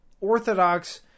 orthodox